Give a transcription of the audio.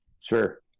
Sure